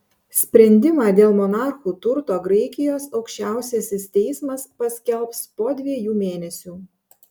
sprendimą dėl monarchų turto graikijos aukščiausiasis teismas paskelbs po dviejų mėnesių